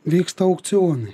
vyksta aukcionai